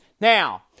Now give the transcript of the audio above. Now